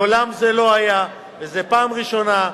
מעולם זה לא היה, וזה פעם ראשונה.